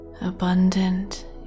abundant